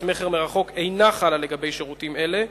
מכר מרחוק אינה חלה לגבי שירותים אלה,